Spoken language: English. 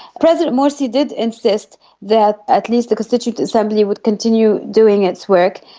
president morsi did insist that at least the constituent assembly would continue doing its work,